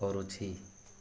କରୁଛି